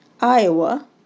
Iowa